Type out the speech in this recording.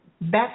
best